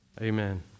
Amen